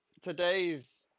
today's